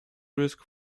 risk